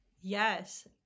yes